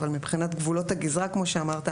אבל מבחינת גבולות הגזרה כמו שאמרת,